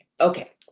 Okay